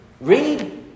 read